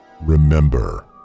Remember